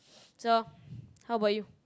so how about you